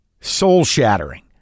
soul-shattering